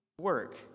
work